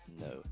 No